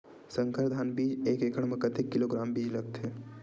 संकर धान बीज एक एकड़ म कतेक किलोग्राम बीज लगथे?